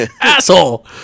asshole